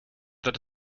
that